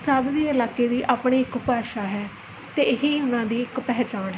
ਸਭ ਦੇ ਇਲਾਕੇ ਦੀ ਆਪਣੀ ਇੱਕ ਭਾਸ਼ਾ ਹੈ ਅਤੇ ਇਹ ਹੀ ਉਹਨਾਂ ਦੀ ਇੱਕ ਪਹਿਚਾਣ